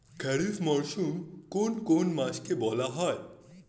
খারিফ মরশুম কোন কোন মাসকে বলা হয়?